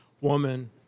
woman